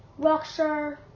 Rockstar